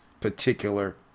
particular